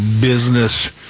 business